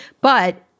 But-